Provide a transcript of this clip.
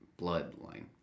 Bloodline